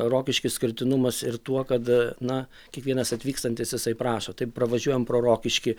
rokiškio išskirtinumas ir tuo kad na kiekvienas atvykstantis jisai prašo taip pravažiuojam pro rokiškį